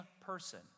person